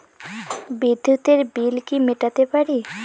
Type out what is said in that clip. বিদ্যুতের বিল কি মেটাতে পারি?